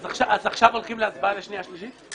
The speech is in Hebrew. אז עכשיו הולכים להצבעה לשניה ושלישית?